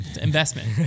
investment